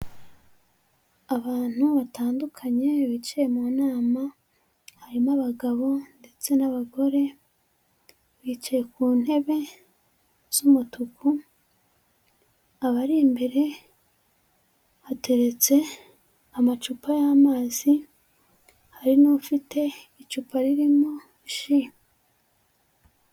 Abantu batandukanye bicaye mu nama, harimo abagabo ndetse n'abagore, bicaye ku ntebe z'umutuku, abari imbere hateretse amacupa y'amazi, hari n'ufite icupa ririmo ji.